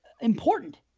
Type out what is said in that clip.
important